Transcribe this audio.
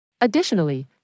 Additionally